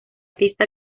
pista